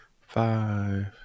Five